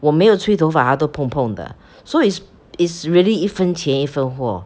我没有吹头发它都蓬蓬的 so is is really 一分钱一分货